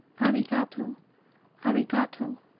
arigato arigato,